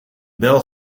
bel